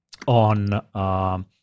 on